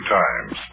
times